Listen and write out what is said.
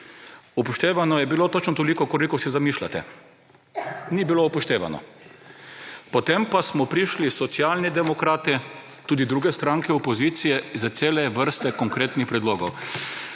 Upoštevano je bilo točno toliko, kolikor si zamišljate. Ni bilo upoštevano. Potem pa smo prišli Socialni demokrati, tudi druge stranke opozicije, s celo vrsto konkretnih predlogov.